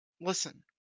Listen